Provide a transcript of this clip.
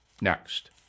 next